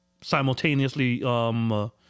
simultaneously